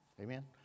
Amen